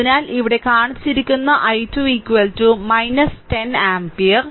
അതിനാൽ ഇവിടെ കാണിച്ചിരിക്കുന്ന I2 10 ആമ്പിയർ I2 10 ആമ്പിയർ